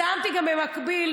שמתי במקביל,